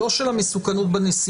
הוא לא של המסוכנות בנסיעה.